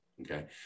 Okay